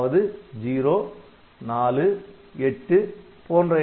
அதாவது 0 4 8